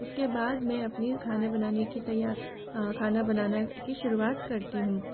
उसके बाद मैं अपनी खाना बनाने की तैया खाना बनाना की शुरुआत करती हूँ